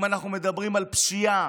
אנחנו מדברים על פשיעה,